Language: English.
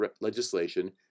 legislation